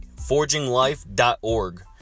ForgingLife.org